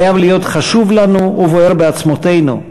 חייב להיות חשוב לנו ובוער בעצמותנו.